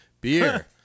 beer